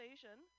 Asian